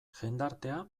jendartea